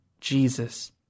Jesus